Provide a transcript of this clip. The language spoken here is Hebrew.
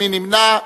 מי נמנע?